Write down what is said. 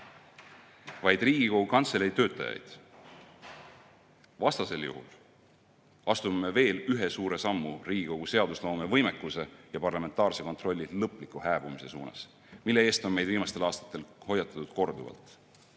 vaid Riigikogu Kantselei töötajaid. Vastasel juhul astume veel ühe suure sammu Riigikogu seadusloome võimekuse ja parlamentaarse kontrolli lõpliku hääbumise suunas, mille eest on meid viimastel aastatel hoiatatud korduvalt.